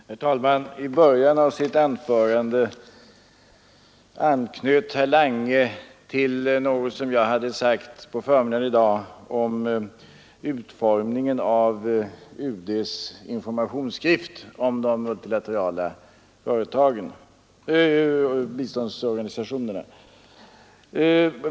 Herr talman! I början av sitt anförande anknöt herr Lange till något som jag hade sagt i förmiddags om utformningen av UD:s informationsutskrift om de multilaterala biståndsorganisationerna.